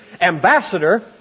ambassador